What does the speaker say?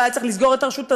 לא היה צריך לסגור את הרשות.